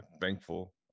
thankful